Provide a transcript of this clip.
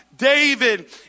David